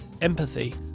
Empathy